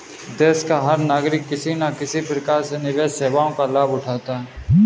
देश का हर नागरिक किसी न किसी प्रकार से निवेश सेवाओं का लाभ उठाता है